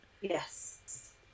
Yes